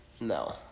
No